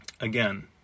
Again